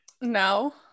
No